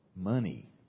Money